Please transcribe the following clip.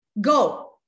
Go